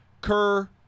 Kerr